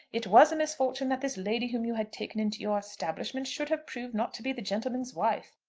it was a misfortune that this lady whom you had taken into your establishment should have proved not to be the gentleman's wife.